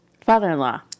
Father-in-law